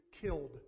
killed